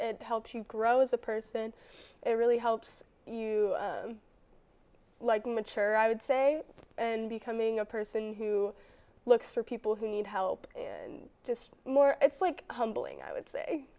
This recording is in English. and helps you grow as a person it really helps you like mature i would say and becoming a person who looks for people who need help and just more it's like humbling i would say